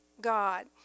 God